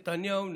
נתניהו.